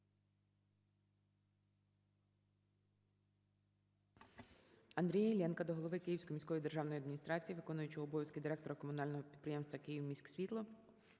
Дякую.